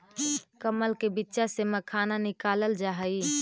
कमल के बीच्चा से मखाना निकालल जा हई